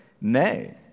Nay